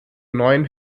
neuen